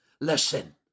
Listen